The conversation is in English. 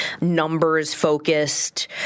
numbers-focused